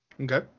Okay